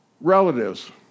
relatives